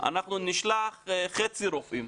אנחנו נשלח חצי רופאים,